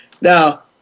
Now